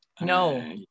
no